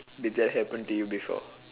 did that happen to you before